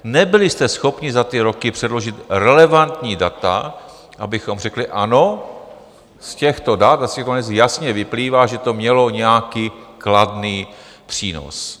Nebyli jste schopni za ty roky předložit relevantní data, abychom řekli ano, z těchto dat jasně vyplývá, že to mělo nějaký kladný přínos.